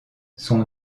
son